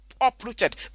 uprooted